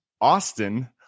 Austin